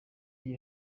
gihe